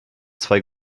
zwei